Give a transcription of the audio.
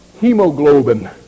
hemoglobin